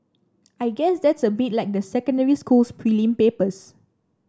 I guess that's a bit like the secondary school's prelim papers